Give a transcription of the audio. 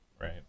right